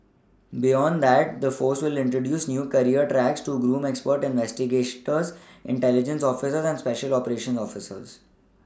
beyond that the force will introduce new career tracks to groom expert that investigators intelligence officers and special operations officers